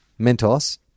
Mentos